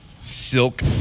silk